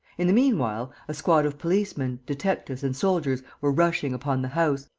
in the meanwhile, a squad of policemen, detectives and soldiers were rushing upon the house,